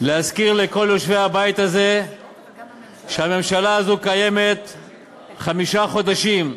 להזכיר לכל יושבי הבית הזה שהממשלה הזו קיימת חמישה חודשים,